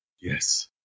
Yes